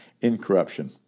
incorruption